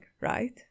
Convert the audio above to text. right